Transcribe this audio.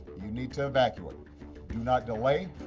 you need to evacuate. do not delay,